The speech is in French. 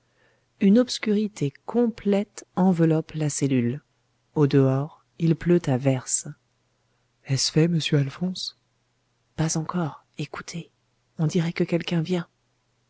une obscurité complète enveloppe la cellule au dehors il pleut à verse est-ce fait monsieur alphonse pas encore écoutez on dirait que quelqu'un vient